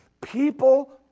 People